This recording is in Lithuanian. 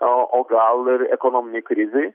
o gal ir ekonominėj krizėj